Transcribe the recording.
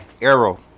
Arrow